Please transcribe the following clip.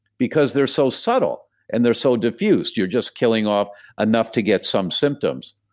because they're so subtle, and they're so diffused you're just killing of enough to get some symptoms.